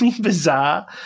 bizarre